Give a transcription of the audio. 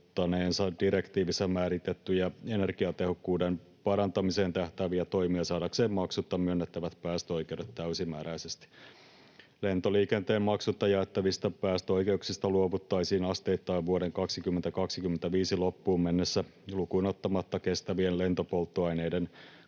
direktiivissä määritettyjä energiatehokkuuden parantamiseen tähtääviä toimia saadakseen maksutta myönnettävät päästöoikeudet täysimääräisesti. Lentoliikenteen maksutta jaettavista päästöoikeuksista luovuttaisiin asteittain vuoden 2025 loppuun mennessä lukuun ottamatta kestävien lentopolttoaineiden